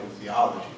theology